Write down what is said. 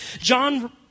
John